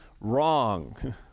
wrong